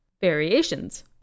Variations